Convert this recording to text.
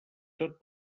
tot